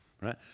Right